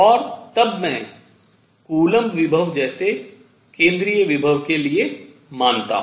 और तब मैं कूलम्ब विभव जैसे केंद्रीय विभव के लिए मानता हूँ